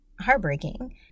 heartbreaking